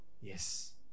Yes